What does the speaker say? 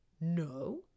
No